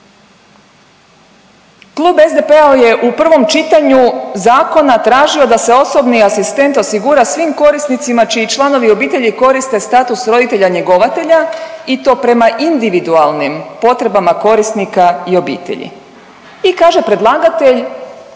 Klub SDP-a je u prvom čitanju zakona tražio da se osobni asistent osigura svim korisnicima čiji članovi obitelji koriste status roditelja njegovatelja i to prema individualnim potrebama korisnika i obitelji. I kaže predlagatelj